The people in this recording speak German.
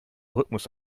rhythmus